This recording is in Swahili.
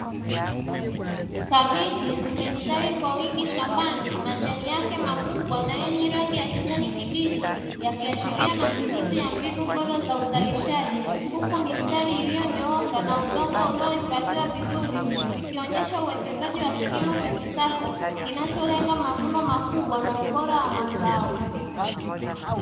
Kabichi zimestawi kwa wingi shambani majani yake makubwa na yenye rangi ya kijani kibichi yakiashiria matumizi ya mbinu bora za ustawi, huku mistari iliyonyooka na udongo uliohifadhiwa vizuri vikionyesha uwekezaji wa kilimo cha kisasa kinacholenga mavuno makubwa na ubora wa mazao.